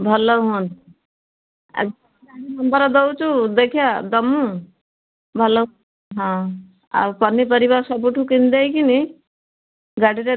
ଭଲ ହୁଅନ୍ତା ଆଜି ନମ୍ବର୍ ଦଉଛୁ ଦେଖିଆ ଦବୁ ଭଲ ହଁ ଆଉ ପନିପରିବା ସବୁଠୁ କିଣି ଦେଇକିନି ଗାଡ଼ିରେ